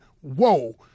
whoa